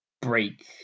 break